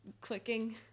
clicking